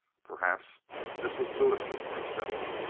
perhaps this was lewison himself.